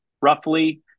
roughly